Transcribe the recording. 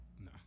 No